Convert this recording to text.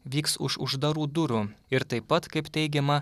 vyks už uždarų durų ir taip pat kaip teigiama